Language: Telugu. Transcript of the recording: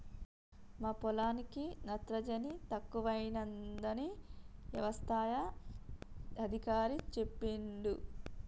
మా పొలానికి నత్రజని తక్కువైందని యవసాయ అధికారి చెప్పిండు